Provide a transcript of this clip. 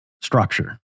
structure